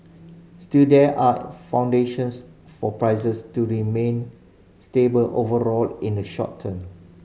still there are foundations for prices to remain stable overall in the short term